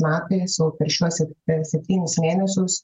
metais o per šiuos ir per septynis mėnesius